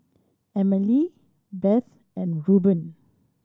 Emely Beth and Reubin